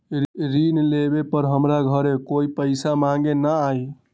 ऋण लेला पर हमरा घरे कोई पैसा मांगे नहीं न आई?